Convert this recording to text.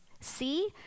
See